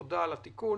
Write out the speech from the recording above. תודה על התיקון.